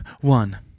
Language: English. one